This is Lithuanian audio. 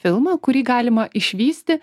filmą kurį galima išvysti